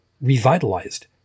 revitalized